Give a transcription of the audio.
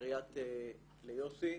לעיריית חולון, ליוסי,